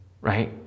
right